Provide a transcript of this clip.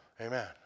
Amen